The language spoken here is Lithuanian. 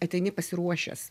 ateini pasiruošęs